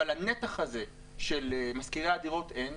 אבל הנתח הזה של משכירי הדירות אין.